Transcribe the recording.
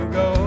go